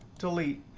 delete.